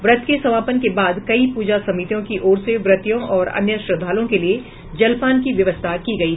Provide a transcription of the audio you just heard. व्रत के समापन के बाद कई प्रजा समितियों की ओर से व्रतियों और अन्य श्रद्धालुओं के लिये जलपान की व्यवस्था की गयी